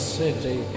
city